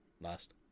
last